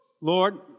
Lord